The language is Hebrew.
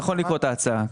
נכון לקרוא את ההצעה.